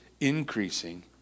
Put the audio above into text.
increasing